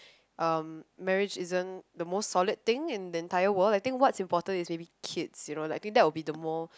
um marriage isn't the most solid thing in the entire world I think what's important is maybe kids you know I think that will be the more